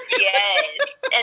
Yes